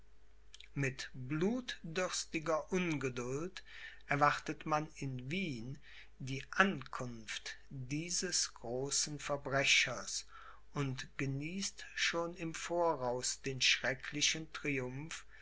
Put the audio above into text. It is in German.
mit blutdürstiger ungeduld erwartet man in wien die ankunft dieses großen verbrechers und genießt schon im voraus den schrecklichen triumph